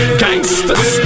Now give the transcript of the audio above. gangsters